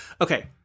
okay